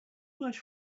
much